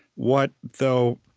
what, though,